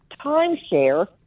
timeshare